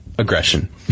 Aggression